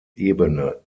ebene